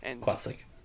Classic